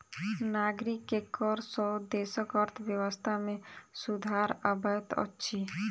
नागरिक के कर सॅ देसक अर्थव्यवस्था में सुधार अबैत अछि